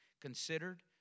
considered